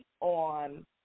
on